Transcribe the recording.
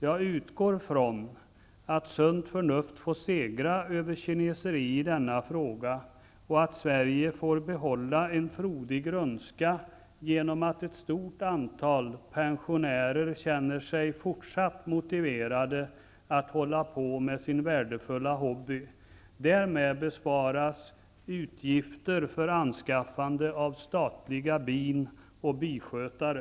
Jag utgår från att sunt förnuft får segra över kineseri i denna fråga och att Sverige får behålla en frodig grönska genom att ett stort antal pensionärer känner sig fortsatt motiverade att hålla på med sin värdefulla hobby. Därmed inbesparas utgifter för anskaffande av statliga bin och biskötare.